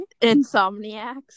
insomniacs